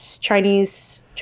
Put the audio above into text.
Chinese